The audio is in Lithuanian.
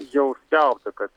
jau skelbta kad